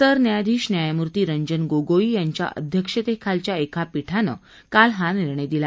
सरन्यायाधीश न्यायमूर्ती रंजन गोगोई यांच्या अध्यक्षतेखालच्या एका खंडपीठाने काल हा निर्णय दिला